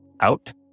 out